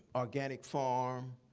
organic farm.